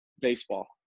baseball